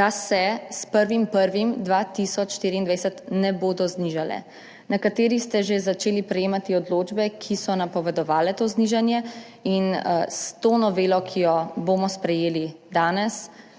da se s 1. 1. 2024 ne bodo znižale. Nekateri ste že začeli prejemati odločbe, ki so napovedovale to znižanje. S to novelo, ki jo bomo sprejeli danes,